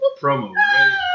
promo